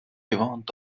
gewarnt